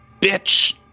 bitch